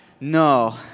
No